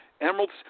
emeralds